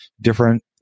different